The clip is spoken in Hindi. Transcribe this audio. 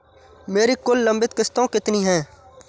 मेरी कुल लंबित किश्तों कितनी हैं?